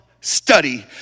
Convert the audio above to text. study